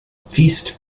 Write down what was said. feast